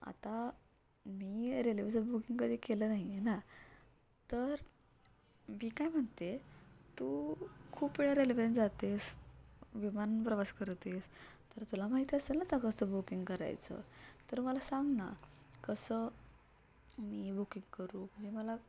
आता मी रेल्वेचं बुकिंग कधी केलं नाही आहे ना तर मी काय म्हणते तू खूप वेळा रेल्वेनं जातेस विमान प्रवास करतेस तर तुला माहीत असेल ना तर कसं बुकिंग करायचं तर मला सांग ना कसं मी बुकिंग करू म्हणजे मला